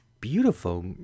beautiful